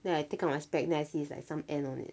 then I take out my specs then I see it;s like some ant on it